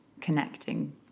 connecting